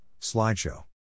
slideshow